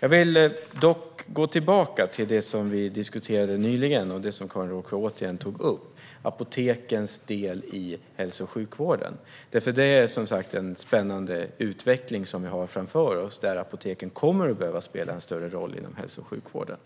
Jag vill dock gå tillbaka till det vi diskuterade nyligen och som Karin Rågsjö återigen tog upp, apotekens del i hälso och sjukvården. Det är en spännande utveckling som vi har framför oss där apoteken kommer att behöva spela en större roll inom hälso och sjukvården.